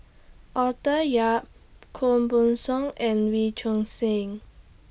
Arthur Yap Koh Buck Song and Wee Choon Seng